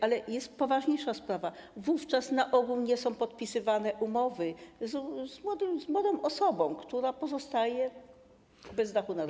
Ale jest poważniejsza sprawa: wówczas na ogół nie są podpisywane umowy z młodą osobą, która pozostaje bez dachu nad głową.